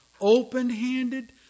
open-handed